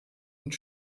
und